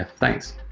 thanks.